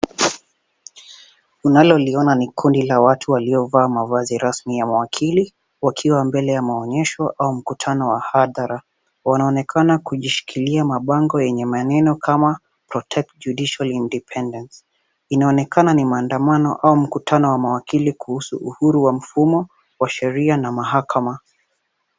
Unaloliona ni kundi la watu waliovaa wamevaa mavazi rasmi ya mawakili wakiwa mbele ya maonyesho au mkutano wa hadhara. Wanaonekana kujishikilia mabango yenye maneno kama protect judicial independence . Inaonekana ni maandamano au mkutano wa mawakili kuhusu uhuru wa mfumo wa sheria na mahakama.